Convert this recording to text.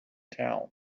town